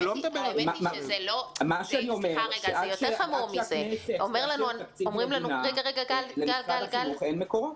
אני אומר שעד שהכנסת תאשר תקציב מדינה למשרד החינוך אין מקורות.